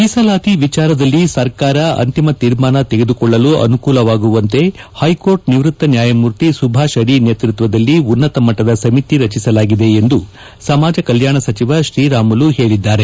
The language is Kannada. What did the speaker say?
ಮೀಸಲಾತಿ ವಿಚಾರದಲ್ಲಿ ಸರ್ಕಾರ ಅಂತಿಮ ತೀರ್ಮಾನ ತೆಗೆದುಕೊಳ್ಳಲು ಅನುಕೂಲವಾಗುವಂತೆ ಹೈಕೋರ್ಟ್ ನಿವೃತ್ತ ನ್ಯಾಯಮೂರ್ತಿ ಸುಭಾಷ್ ಅದಿ ನೇತೃತ್ವದಲ್ಲಿ ಉನ್ನತಮಟ್ಟದ ಸಮಿತಿ ರಚಿಸಲಾಗಿದೆ ಎಂದು ಸಮಾಜ ಕಲ್ಯಾಣ ಸಚಿವ ಶ್ರೀರಾಮುಲು ಹೇಳಿದ್ದಾರೆ